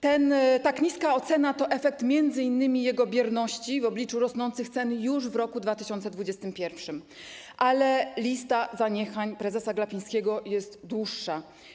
Tak niska ocena to efekt m.in. jego bierności w obliczu rosnących cen już w roku 2021, ale lista zaniechań prezesa Glapińskiego jest dłuższa.